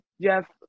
Jeff